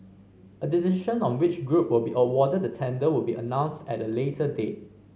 a decision on which group will be awarded the tender will be announced at a later date